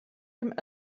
dem